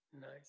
nice